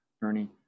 Bernie